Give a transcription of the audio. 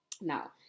now